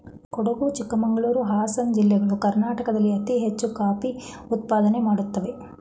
ಕೊಡಗು ಚಿಕ್ಕಮಂಗಳೂರು, ಹಾಸನ ಜಿಲ್ಲೆಗಳು ಕರ್ನಾಟಕದಲ್ಲಿ ಅತಿ ಹೆಚ್ಚು ಕಾಫಿ ಉತ್ಪಾದನೆ ಮಾಡುತ್ತಿವೆ